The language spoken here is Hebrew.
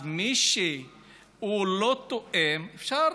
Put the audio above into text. אז מי שהוא לא תואם, אפשר